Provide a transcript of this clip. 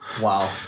Wow